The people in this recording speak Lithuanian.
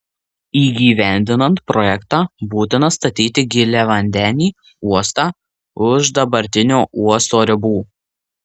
įgyvendinant projektą būtina statyti giliavandenį uostą už dabartinio uosto ribų